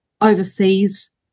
overseas